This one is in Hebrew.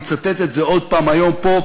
ואני אצטט את זה עוד פעם היום פה,